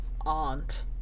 aunt